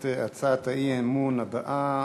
את הצעת האי-אמון הבאה,